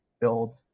build